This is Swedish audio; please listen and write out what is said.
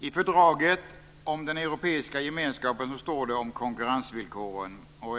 I fördraget om den europeiska gemenskapen står det om konkurrensvillkoren.